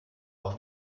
auch